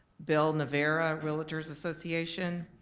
bill navarra realtors association,